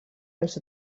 els